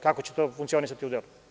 Kako će to funkcionisati na delu.